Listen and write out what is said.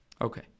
Okay